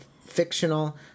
Fictional